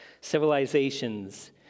civilizations